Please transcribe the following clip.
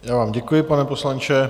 Já vám děkuji, pane poslanče.